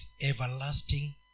everlasting